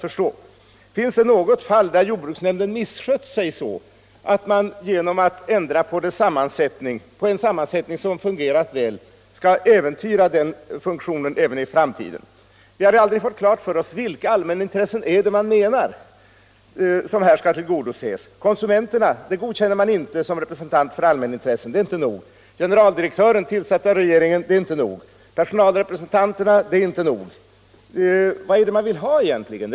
Finns det något fall där jordbruksnämnden misskött sig så att man genom att ändra på en sammansättning som fungerat väl skall äventyra funktionen även i framtiden? Vi har aldrig fått klart för oss vilka allmänintressen det är som man menar och som här skall tillgodoses. Konsumenterna godkänner man inte som representanter för allmänintresset, det är inte nog. Generaldirektören, tillsatt av regeringen, är inte nog. Reglering av priserna på Jjordbruksproduk Personalrepresentanterna är inte nog. Vad är det som man vill ha egentligen?